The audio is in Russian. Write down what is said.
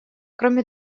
кроме